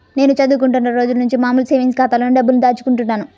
నేను చదువుకుంటున్న రోజులనుంచి మామూలు సేవింగ్స్ ఖాతాలోనే డబ్బుల్ని దాచుకుంటున్నాను